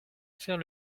faire